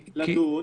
לדון,